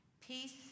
Peace